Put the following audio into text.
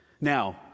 Now